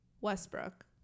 westbrook